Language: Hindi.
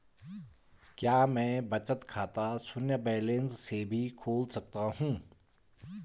क्या मैं बचत खाता शून्य बैलेंस से भी खोल सकता हूँ?